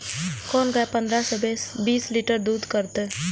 कोन गाय पंद्रह से बीस लीटर दूध करते?